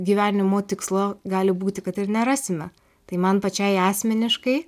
gyvenimo tikslo gali būti kad ir nerasime tai man pačiai asmeniškai